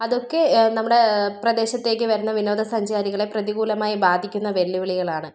അതൊക്കെ നമ്മുടെ പ്രദേശത്തേക്ക് വരുന്ന വിനോദസഞ്ചാരികളെ പ്രതികൂലമായി ബാധിക്കുന്ന വെല്ലുവിളികളാണ്